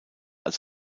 als